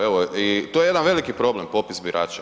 Evo to je jedan veliki problem popis birača.